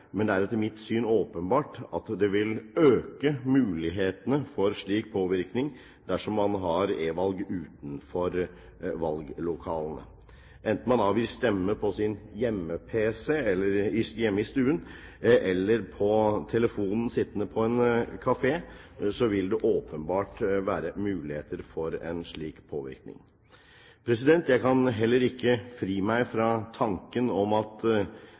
men det er et mitt syn åpenbart at det vil øke mulighetene for slik påvirkning dersom man har e-valg, utenfor valglokalene. Enten man avgir stemme på sin hjemme-pc hjemme i stuen eller på telefonen sin sittende på en kafé, vil det åpenbart være muligheter for en slik påvirkning. Jeg kan heller ikke fri meg fra tanken om at